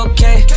Okay